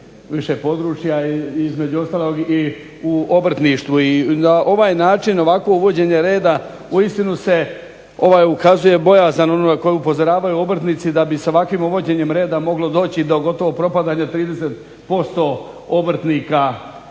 više područja između ostalog i u obrtništvu. I na ovaj način ovakvo uvođenje reda uistinu se ukazuje bojazan onoga na koje upozoravaju obrtnici da bi se sa ovakvim uvođenjem reda moglo doći do gotovo propadanja 30% obrtnika i